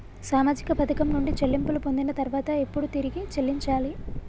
సామాజిక పథకం నుండి చెల్లింపులు పొందిన తర్వాత ఎప్పుడు తిరిగి చెల్లించాలి?